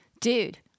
dude